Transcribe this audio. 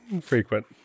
Frequent